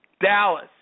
Dallas